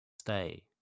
stay